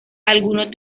algunos